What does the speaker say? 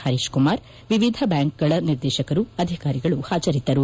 ಹರೀಶ್ ಕುಮಾರ್ ವಿವಿಧ ಬ್ಯಾಂಕುಗಳ ನಿರ್ದೇಶಕರು ಅಧಿಕಾರಿಗಳು ಹಾಜರಿದ್ದರು